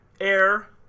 Air